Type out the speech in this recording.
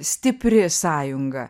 stipri sąjunga